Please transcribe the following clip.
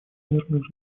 мирных